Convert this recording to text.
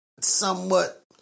somewhat